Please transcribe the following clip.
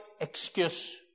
excuse